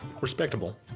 Respectable